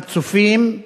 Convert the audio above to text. חצופים,